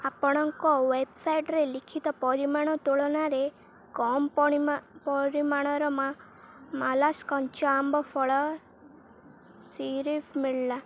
ଆପଣଙ୍କ ୱେବ୍ସାଇଟ୍ରେ ଲିଖିତ ପରିମାଣ ତୁଳନାରେ କମ୍ ପରିମାଣର ମା ମାଲାସ୍ କଞ୍ଚା ଆମ୍ବ ଫଳ ସିରିପ୍ ମିଳିଲା